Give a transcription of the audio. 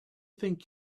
think